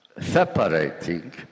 separating